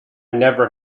never